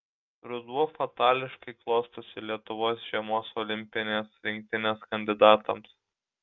ruduo fatališkai klostosi lietuvos žiemos olimpinės rinktinės kandidatams